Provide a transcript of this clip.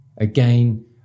Again